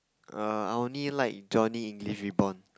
err I only like Johnny-English-Reborn